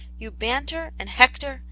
you banter, and hector,